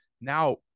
now